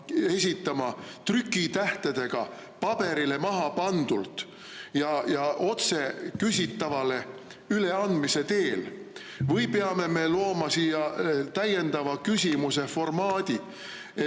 esitama trükitähtedega paberile mahapandult ja otse küsitavale üleandmise teel või peame me looma täiendava küsimuse formaadi